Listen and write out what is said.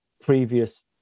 previous